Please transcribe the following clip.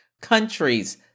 Countries